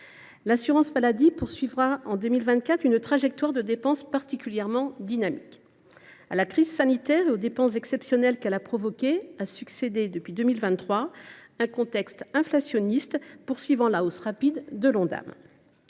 l’assurance maladie suivra une trajectoire de dépenses particulièrement dynamique. À la crise sanitaire et aux dépenses exceptionnelles qu’elle a provoquées a succédé, depuis 2023, un contexte inflationniste favorisant la hausse rapide de l’Ondam.